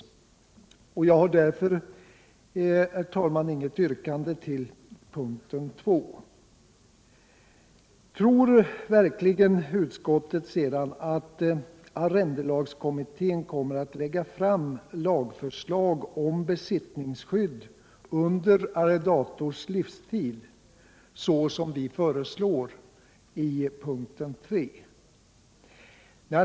Jag har därför, herr talman, inget yrkande till punkten 2. Tror verkligen utskottet sedan att arr2ndelagskommittén kommer att lägga fram ett lagförslag om besittningsskydd under arrendators livstid såsom vi föreslår i punkten 3?